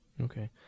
Okay